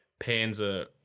panzer